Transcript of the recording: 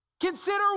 Consider